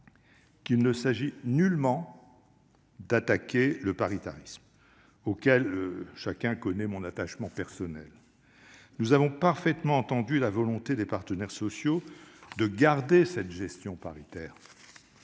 qu'il ne s'agit nullement de s'attaquer au paritarisme, auquel chacun connaît mon attachement personnel. Nous avons parfaitement entendu la volonté des partenaires sociaux de garder cette gestion paritaire,